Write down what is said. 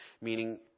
Meaning